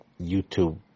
YouTube